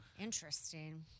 Interesting